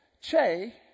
Che